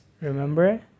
remember